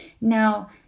Now